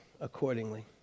accordingly